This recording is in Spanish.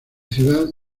ciudad